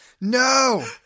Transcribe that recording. No